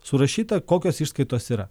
surašyta kokios išskaitos yra